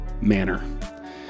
manner